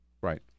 right